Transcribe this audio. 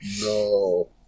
No